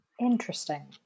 Interesting